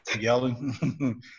yelling